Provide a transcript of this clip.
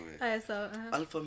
Alpha